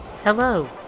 Hello